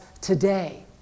today